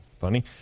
funny